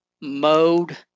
mode